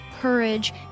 courage